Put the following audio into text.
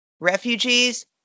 refugees